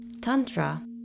Tantra